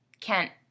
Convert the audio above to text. Kent